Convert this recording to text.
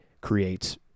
creates